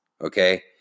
Okay